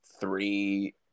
three